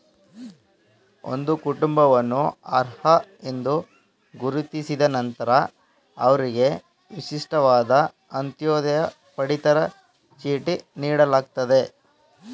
ಒಂದು ಕುಟುಂಬವನ್ನು ಅರ್ಹ ಎಂದು ಗುರುತಿಸಿದ ನಂತ್ರ ಅವ್ರಿಗೆ ವಿಶಿಷ್ಟವಾದ ಅಂತ್ಯೋದಯ ಪಡಿತರ ಚೀಟಿ ನೀಡಲಾಗ್ತದೆ